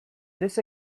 this